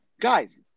guys